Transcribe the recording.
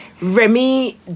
Remy